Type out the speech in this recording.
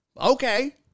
Okay